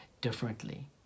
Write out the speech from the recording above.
differently